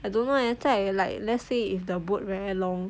I don't know eh 在 like let's say if the boat very long